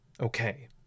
Okay